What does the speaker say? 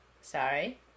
Sorry